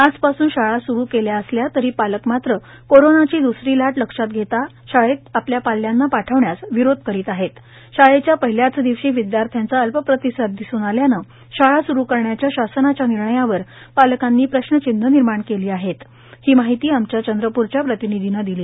आजपासून शाळा स्रु केली असली तरी पालक मात्र कोरोनाची द्सरी लाट लक्षात घेता शाळेत आपल्या पाल्यांना पाठविण्यास विरोध पाहता शाळेच्या पहिल्याच दिवशी विद्यार्थ्यांचा अल्पप्रतिसाद दिसून आल्याने शाळा स्रु करण्याच्या शासनाच्या निर्णयावर पालकांनी प्रश्नचिन्ह निर्माण केले आहेत ही माहिती आमच्या चंद्रप्र प्रतनिधीने दिली